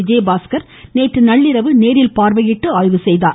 விஜயபாஸ்கர் நேற்று நள்ளிரவு நேரில் பார்வையிட்டு ஆய்வு செய்தார்